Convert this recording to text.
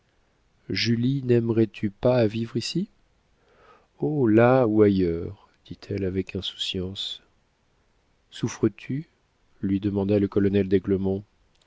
père julie naimerais tu pas à vivre ici oh là ou ailleurs dit-elle avec insouciance souffres-tu lui demanda le colonel d'aiglemont